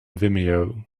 vimeo